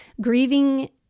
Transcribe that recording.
Grieving